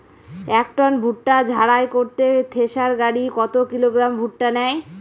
এক টন ভুট্টা ঝাড়াই করতে থেসার গাড়ী কত কিলোগ্রাম ভুট্টা নেয়?